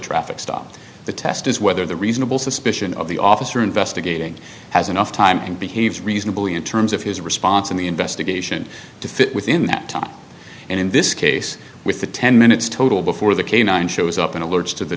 traffic stop the test is whether the reasonable suspicion of the officer investigating has enough time behaves reasonably in terms of his response and the investigation to fit within that time and in this case with the ten minutes total before the canine shows up in alerts to the